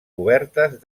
cobertes